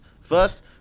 first